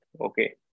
Okay